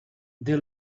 they